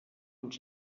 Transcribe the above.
und